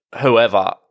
whoever